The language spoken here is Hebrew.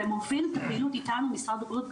ומוביל את הפעילות איתנו משרד הבריאות,